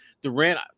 Durant